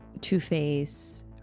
Two-Face